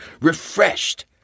refreshed